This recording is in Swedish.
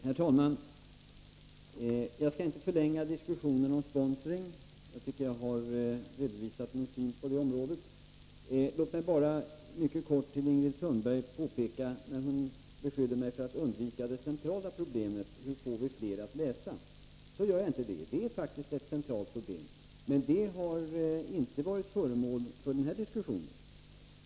Herr talman! Jag skall inte förlänga debatten om sponsring — jag tycker att jag har redovisat min syn på det området. Låt mig bara mycket kort påpeka för Ingrid Sundberg, när hon beskyller mig för att undvika det centrala problemet — hur får vi fler att läsa? — att jag inte undviker det. Detta är faktiskt ett centralt problem, men det har inte varit ett ämne för den här debatten.